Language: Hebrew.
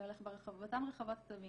שהולך ברחוב,